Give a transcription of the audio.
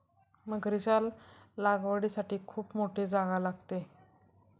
मगरीच्या लागवडीसाठी खूप मोठी जागा लागते